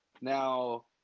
Now